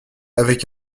avec